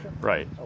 right